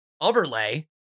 overlay